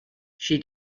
she